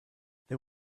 they